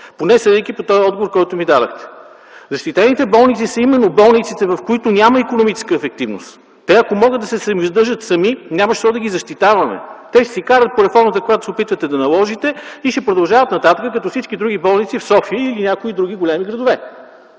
поне съдейки от отговора, който ми дадохте. Защитените болници са именно болниците, в които няма икономическа ефективност. Ако те можеха да се самоиздържат, няма защо да ги защитаваме. Те ще си карат по реформата, която се опитвате да наложите, и ще продължават нататък като всички други болници в София или някои други големи градове.